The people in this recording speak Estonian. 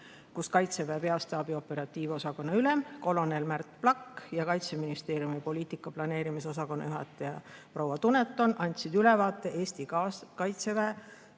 kus Kaitseväe Peastaabi operatiivosakonna ülem kolonel Märt Plakk ja Kaitseministeeriumi poliitika planeerimise osakonna juhataja proua Duneton andsid ülevaate Eesti Kaitseväe